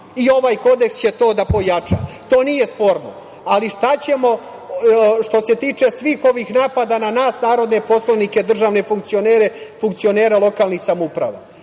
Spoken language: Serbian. i ovaj kodeks će to da pojača. To nije sporno. Šta ćemo što se tiče svih onih napada na nas narodne poslanike, državne funkcionere, funkcionere lokalnih samouprava?